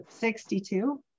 62